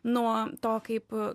nuo to kaip